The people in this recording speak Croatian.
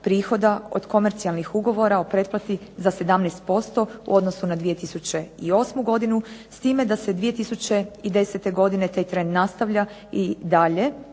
prihoda od komercijalnih ugovora o pretplati za 17% u odnosu na 2008. godinu s time da se 2010. godine taj trend nastavlja i dalje,